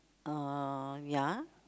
uh ya